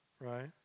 right